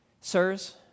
Sirs